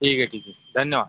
ठीक आहे ठीक आहे धन्यवाद